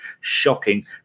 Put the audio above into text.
Shocking